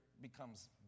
becomes